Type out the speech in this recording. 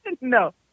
No